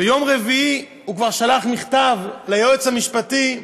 ביום רביעי הוא כבר שלח מכתב ליועץ המשפטי,